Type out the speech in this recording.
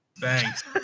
Thanks